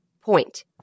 point